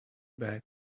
bag